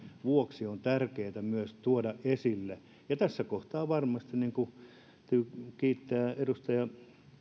vuoksi on tärkeätä myös tuoda esille ja tässä kohtaa varmasti täytyy kiittää edustaja